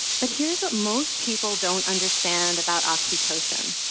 but here's what most people don't understand about oxytocin.